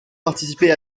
participé